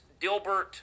Dilbert